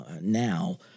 now